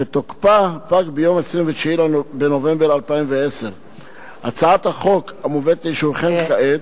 ותוקפה פג ב-29 בנובמבר 2010. הצעת החוק המובאת לאישורכם כעת,